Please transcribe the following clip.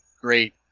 great